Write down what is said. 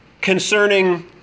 concerning